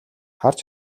харж